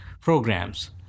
programs